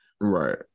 Right